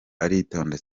aritonda